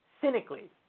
cynically